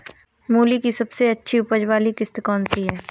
मूली की सबसे अच्छी उपज वाली किश्त कौन सी है?